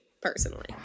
personally